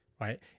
right